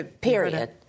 Period